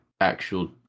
actual